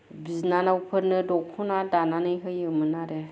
बिनानावफोरनो दख'ना दानानै होयोमोन आरो